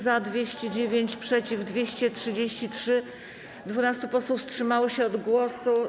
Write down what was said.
Za - 209, przeciw - 233, 12 posłów wstrzymało się od głosu.